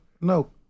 No